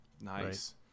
Nice